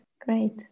great